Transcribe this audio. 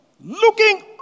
Looking